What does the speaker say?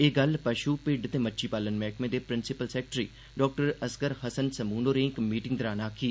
एह् गल्ल पशु भिड्ड ते मच्छी पालन मैह्कमे दे principal secretary doctor Asgar Hassan Samoon होरें इक मीटिंग दौरान आखी